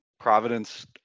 Providence